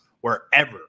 wherever